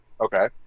Okay